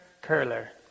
Curler